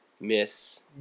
miss